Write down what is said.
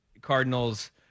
Cardinals